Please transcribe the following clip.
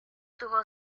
tuvo